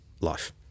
life